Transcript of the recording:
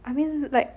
I mean like